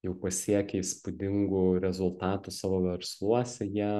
jau pasiekė įspūdingų rezultatų savo versluose jie